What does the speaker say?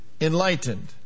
enlightened